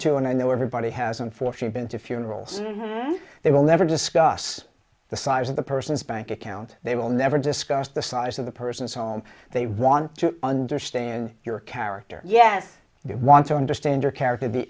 and i know everybody has unfortunately been to funerals they will never discuss the size of the person's bank account they will never discuss the size of the person's home they want to understand your character yes you want to understand your character the